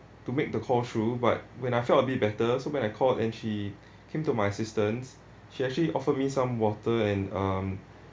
to make the call through but when I felt a bit better so when I called and she came to my assistance she actually offered me some water and um